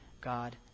God